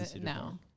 No